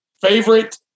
Favorite